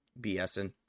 bsing